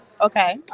okay